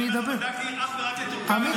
אני גם בדקתי אך ורק את --- עמית,